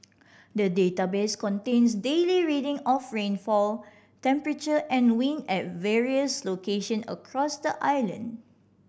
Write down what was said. the database contains daily reading of rainfall temperature and wind at various location across the island